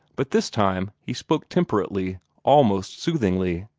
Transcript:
but this time he spoke temperately, almost soothingly.